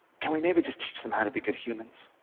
can we maybe just teach them how to be good humans?